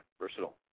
versatile